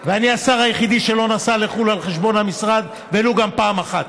ואני השר היחיד שלא נסע לחו"ל על חשבון המשרד ולו גם פעם אחת.